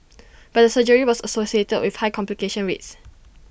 but the surgery was associated with high complication rates